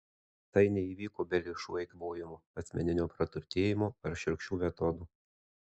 tai neįvyko be lėšų eikvojimo asmeninio praturtėjimo ar šiurkščių metodų